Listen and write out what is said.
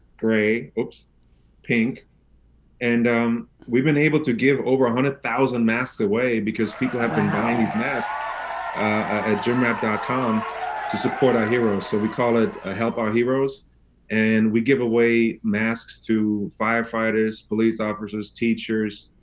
gray, pink and we've been able to give over one hundred thousand masks away because people have been buying these masks at gymwrap dot com to support our heroes, so we call it ah help our heroes and we give away masks to firefighters, police officers, teachers,